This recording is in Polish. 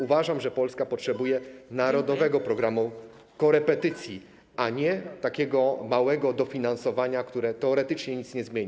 Uważam, że Polska potrzebuje narodowego programu korepetycji, a nie takiego małego dofinansowania, które teoretycznie nic nie zmieni.